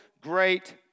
great